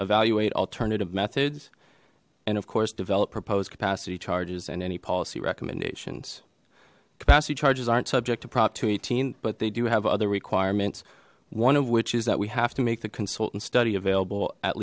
evaluate alternative methods and of course develop proposed capacity charges and any policy recommendations capacity charges aren't subject to prop two hundred and eighteen but they do have other requirements one of which is that we have to make the consultant study available at